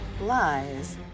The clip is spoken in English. Lies